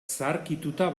zaharkituta